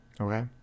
Okay